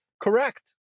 correct